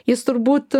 jis turbūt